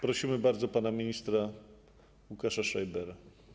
Prosimy bardzo pana ministra Łukasza Schreibera.